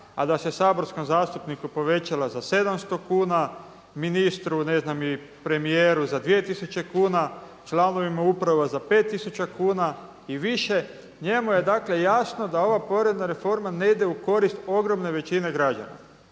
a da se saborskom zastupniku povećala za sedamsto kuna, ministru i premijeru za dvije tisuće kuna, članovima uprava za pet tisuća kuna i više, njemu je dakle jasno da ova porezna reforma ne ide u korist ogromne većine građana.